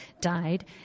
died